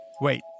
Wait